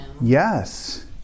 Yes